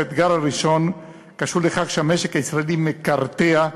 האתגר הראשון קשור לכך שהמשק הישראלי מקרטע,